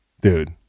dude